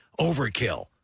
overkill